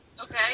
Okay